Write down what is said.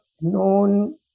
known